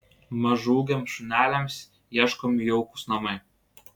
mažaūgiams šuneliams ieškomi jaukūs namai